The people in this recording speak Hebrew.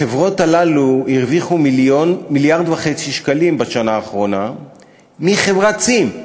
החברות הללו הרוויחו 1.5 מיליארד שקלים בשנה האחרונה מחברת "צים",